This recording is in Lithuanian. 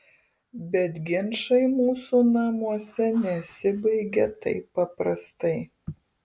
bet ginčai mūsų namuose nesibaigia taip paprastai